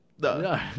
No